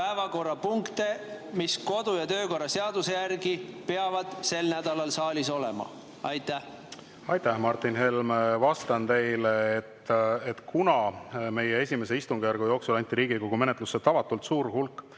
päevakorrapunkte, mis kodu- ja töökorra seaduse järgi peavad sel nädalal saalis olema? Aitäh, Martin Helme! Vastan teile, et kuna meie esimese istungjärgu jooksul anti Riigikogu menetlusse tavatult suur hulk